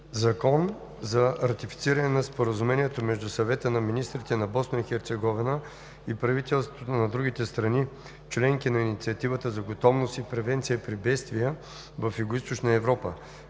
ЗАКОН за ратифициране на Споразумението между Съвета на министрите на Босна и Херцеговина и правителствата на другите страни – членки на Инициативата за готовност и превенция при бедствия в Югоизточна Европа